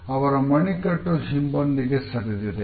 ಅವರ ಮಣಿಕಟ್ಟು ಹಿಂಬದಿಗೆ ಸರಿದಿದೆ